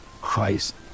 Christ